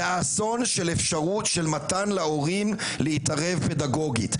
זה האסון של אפשרות של מתן להורים להתערב פדגוגית.